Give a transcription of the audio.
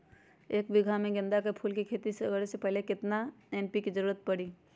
एक बीघा में गेंदा फूल के खेती करे से पहले केतना खेत में केतना एन.पी.के के जरूरत परी?